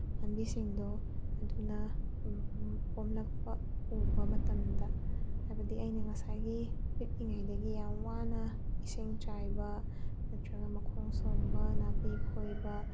ꯄꯥꯝꯕꯤꯁꯤꯡꯗꯣ ꯑꯗꯨꯅ ꯄꯣꯝꯂꯛꯄ ꯎꯕ ꯃꯇꯝꯗ ꯍꯥꯏꯕꯗꯤ ꯑꯩꯅ ꯉꯁꯥꯏꯒꯤ ꯄꯤꯛꯏꯉꯩꯗꯒꯤ ꯌꯥꯝ ꯋꯥꯅ ꯏꯁꯤꯡ ꯆꯥꯏꯕ ꯅꯠꯇ꯭ꯔꯒ ꯃꯈꯣꯡ ꯁꯣꯝꯕ ꯅꯥꯄꯤ ꯐꯣꯏꯕ